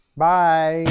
Bye